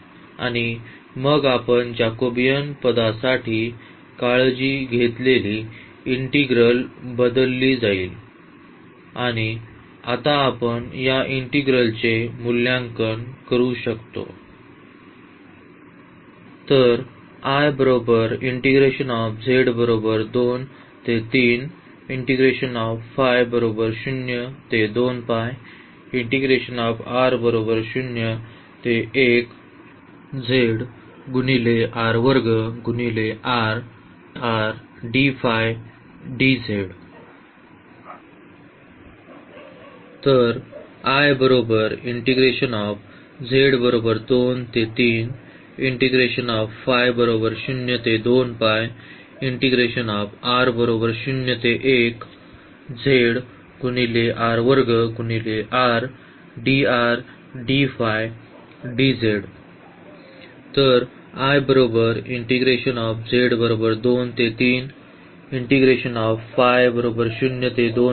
आणि मग आपण जेकबियन पदासाठी काळजी घेतलेली इंटीग्रल बदलली आहे आणि आता आपण या इंटीग्रलचे मूल्यांकन करू शकतो